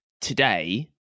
today